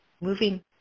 moving